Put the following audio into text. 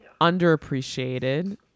underappreciated